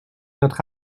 notre